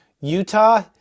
Utah